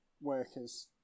workers